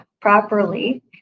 properly